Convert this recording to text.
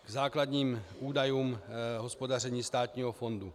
K základním údajům hospodaření státního fondu.